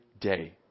day